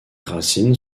racines